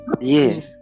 Yes